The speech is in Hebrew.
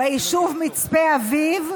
ביישוב מצפה אבי"ב